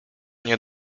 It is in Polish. nie